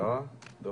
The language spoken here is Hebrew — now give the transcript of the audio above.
יהודה